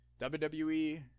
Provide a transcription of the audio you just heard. WWE